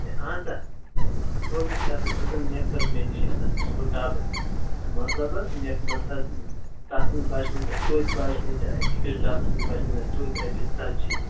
ہے اَہن سا بوز حظ کتھ ژٕ زن نِکھ مےٚ نِش یِتھس بِسکوٗٹ ڈبہٕ مطلب حَظ یتھ منٛز تتھ منٛز بچنَے ژےٚ تۄتہِ بچنَے ژےٚ أکِس ڈبس منٛز بچنے ژےٚ توتہِ رۄپیس ژتجی